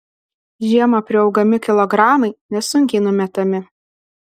žiemą priaugami kilogramai nesunkiai numetami